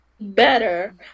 better